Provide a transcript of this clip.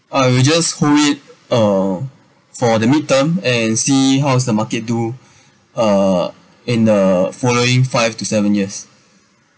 I will just hold it uh for the mean term and see how's the market do uh in the following five to seven years